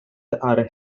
are